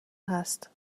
هست